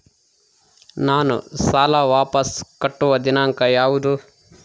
ನಾನು ಸಾಲ ವಾಪಸ್ ಕಟ್ಟುವ ದಿನಾಂಕ ಯಾವುದು?